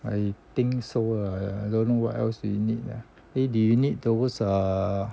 I think so ah I don't know what else do you need ah eh do you need those uh